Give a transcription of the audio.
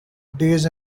days